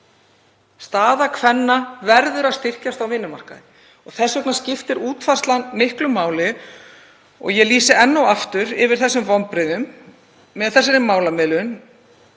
Staða kvenna verður að styrkjast á vinnumarkaði og þess vegna skiptir útfærslan miklu máli. Og ég lýsi enn og aftur yfir vonbrigðum með þessa málamiðlun.